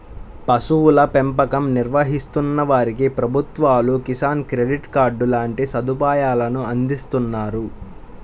పశువుల పెంపకం నిర్వహిస్తున్న వారికి ప్రభుత్వాలు కిసాన్ క్రెడిట్ కార్డు లాంటి సదుపాయాలను అందిస్తున్నారు